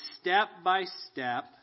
step-by-step